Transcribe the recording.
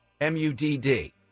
M-U-D-D